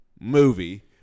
Movie